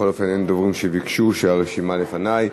בכל אופן אין דוברים שביקשו מהרשימה שלפני.